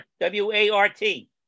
W-A-R-T